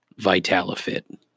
Vitalifit